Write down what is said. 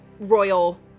royal